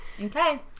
Okay